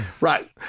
Right